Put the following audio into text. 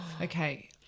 Okay